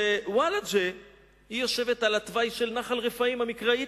שוולג'ה יושבת על התוואי של נחל-רפאים המקראי.